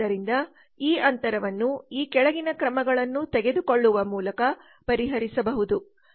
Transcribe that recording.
ಆದ್ದರಿಂದ ಈ ಅಂತರವನ್ನು ಈ ಕೆಳಗಿನ ಕ್ರಮಗಳನ್ನು ತೆಗೆದುಕೊಳ್ಳುವ ಮೂಲಕ ಪರಿಹರಿಸಬಹುದು